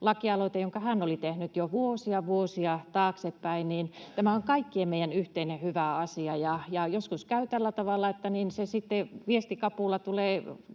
lakialoitteen jo vuosia, vuosia taaksepäin, ja tämä on kaikkien meidän yhteinen hyvä asia, ja joskus käy tällä tavalla, että se viestikapula tulee